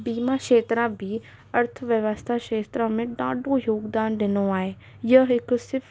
बीमा क्षेत्र बि अर्थव्यवस्था क्षेत्र में ॾाढो योगदानु ॾिनो आहे ईअं हिकु सिर्फ़ु